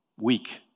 Weak